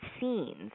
scenes